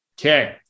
Okay